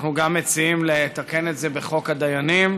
אנחנו גם מציעים לתקן את זה בחוק הדיינים,